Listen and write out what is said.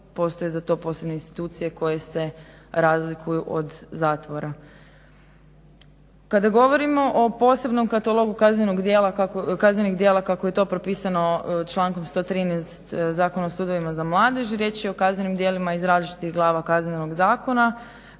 postoje za to posebne institucije koje se razlikuju od zatvora. Kada govorimo o posebnom katalogu kaznenih djela kako je to propisano člankom 113. Zakona o sudovima za mladež riječ je o kaznenim djelima iz različitih glava Kaznenog zakona